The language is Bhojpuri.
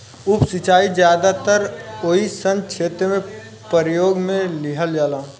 उप सिंचाई ज्यादातर ओइ सन क्षेत्र में प्रयोग में लिहल जाला